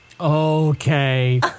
Okay